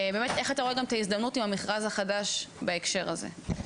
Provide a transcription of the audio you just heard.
ובאמת איך אתה רואה גם את ההזדמנות עם המכרז החדש בהקשר הזה?